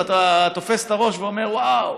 ואתה תופס את הראש ואומר: וואו,